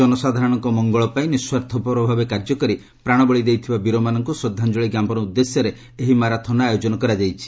ଜନସାଧାରଣଙ୍କ ମଙ୍ଗଳପାଇଁ ନିଃସ୍ୱାର୍ଥପର ଭାବେ କାର୍ଯ୍ୟକରି ପ୍ରାଣବଳୀ ଦେଇଥିବା ବୀରମାନଙ୍କୁ ଶ୍ରଦ୍ଧାଞ୍ଜଳି ଜ୍ଞାପନ ଉଦ୍ଦେଶ୍ୟରେ ଏହି ମାରାଥନ୍ର ଆୟୋଜନ କରାଯାଇଛି